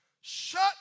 shut